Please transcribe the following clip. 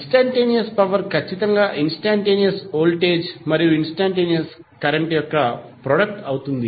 instantaneous power ఖచ్చితంగా instantaneous voltage మరియు instantaneous current యొక్క ప్రొడక్ట్ అవుతుంది